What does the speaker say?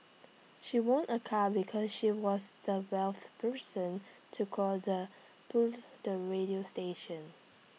she won A car because she was the wealth person to call the the radio station